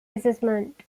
assessment